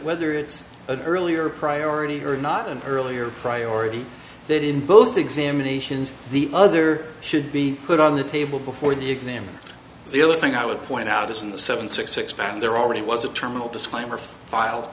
whether it's early or priority or not an earlier priority that in both examinations the other should be put on the table before the exam the other thing i would point out is in the seven six six pound there already was a terminal disclaimer file